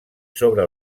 sobre